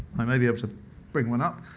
i may be able to bring one up.